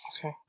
okay